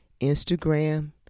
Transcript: Instagram